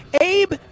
Abe